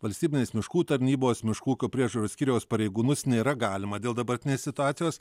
valstybinės miškų tarnybos miškų ūkio priežiūros skyriaus pareigūnus nėra galimą dėl dabartinės situacijos